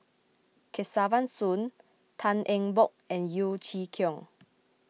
Kesavan Soon Tan Eng Bock and Yeo Chee Kiong